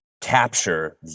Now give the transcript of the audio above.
capture